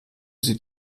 sie